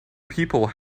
people